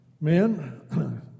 men